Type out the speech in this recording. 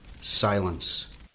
silence